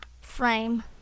frame